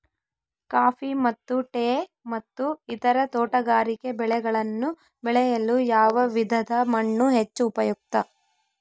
Coffee ಮತ್ತು tea ಮತ್ತು ಇತರ ತೋಟಗಾರಿಕೆ ಬೆಳೆಗಳನ್ನು ಬೆಳೆಯಲು ಯಾವ ವಿಧದ ಮಣ್ಣು ಹೆಚ್ಚು ಉಪಯುಕ್ತ?